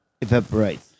evaporates